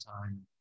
time